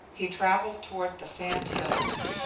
he travelled toward the sand hills.